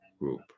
group